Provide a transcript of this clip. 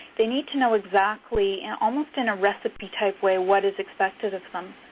they need to know exactly and almost in a recipe type way what is expected of them.